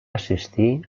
assistir